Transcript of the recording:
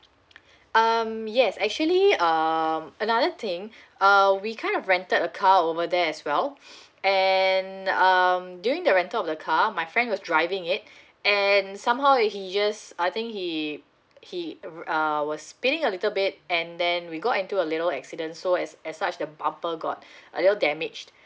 um yes actually uh another thing uh we kind of rented a car over there as well and um during the rental of the car my friend was driving it and somehow he just I think he he ah was spinning a little bit and then we got into a little accident so as as such the bumper got a little damaged